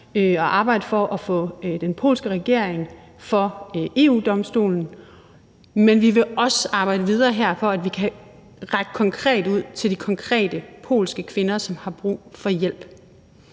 at arbejde for at få den polske regering for EU-Domstolen, men vi vil også arbejde videre her for, at vi kan række konkret ud til de konkrete polske kvinder, som har brug for hjælp.